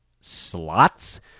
slots